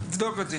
נבדוק את זה.